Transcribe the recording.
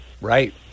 Right